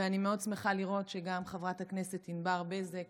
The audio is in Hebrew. ואני מאוד שמחה לראות שגם חברת הכנסת ענבר בזק,